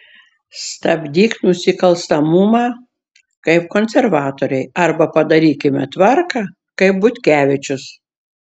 stabdyk nusikalstamumą kaip konservatoriai arba padarykime tvarką kaip butkevičius